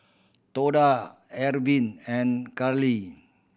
Tonda Arvin and Garlee